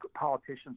politicians